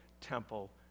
temple